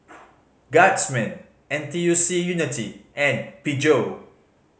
Guardsman N T U C Unity and Peugeot